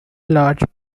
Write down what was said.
larger